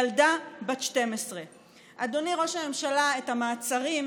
ילדה בת 12. אדוני ראש הממשלה, את המעצרים,